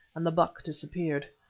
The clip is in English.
and the buck disappeared.